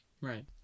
Right